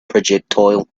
projectile